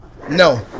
No